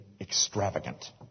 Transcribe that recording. extravagant